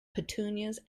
petunias